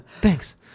Thanks